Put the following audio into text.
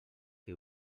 que